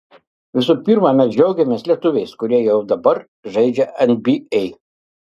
visų pirma mes džiaugiamės lietuviais kurie jau dabar žaidžia nba